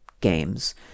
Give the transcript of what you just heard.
games